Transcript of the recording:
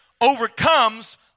overcomes